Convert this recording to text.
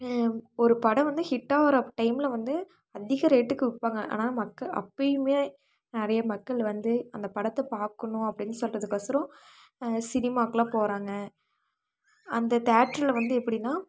ஒரு படம் வந்து ஹிட்டாகிற டைம்ல வந்து அதிக ரேட்டுக்கு விற்பாங்க ஆனால் மக்கள் அப்பயுமே நிறைய மக்கள் வந்து அந்த படத்தை பார்க்கணும் அப்படின்னு சொல்கிறதுக்கொசரோம் சினிமாக்கெலாம் போகிறாங்க அந்த தேட்டர்ல வந்து எப்படின்னா